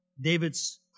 David's